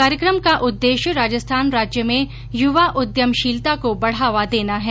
कार्यक्रम का उद्देश्य राजस्थान राज्य में युवा उद्यमशीलता को बढ़ावा देना है